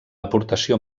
aportació